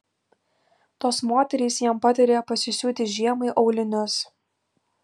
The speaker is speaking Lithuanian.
tos moterys jam patarė pasisiūti žiemai aulinius